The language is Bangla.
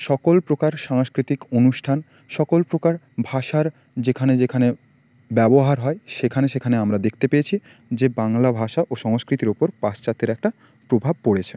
সকল প্রকার সাংস্কৃতিক অনুষ্ঠান সকল প্রকার ভাষার যেখানে যেখানে ব্যবহার হয় সেখানে সেখানে আমরা দেখতে পেয়েছি যে বাংলা ভাষা ও সংস্কৃতির ওপর পাশ্চাত্যের একটা প্রভাব পড়েছে